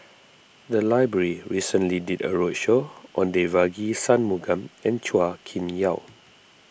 the library recently did a roadshow on Devagi Sanmugam and Chua Kim Yeow